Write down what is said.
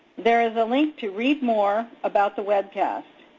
there is a link to read more about the webcast,